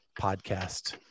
Podcast